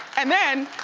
and then,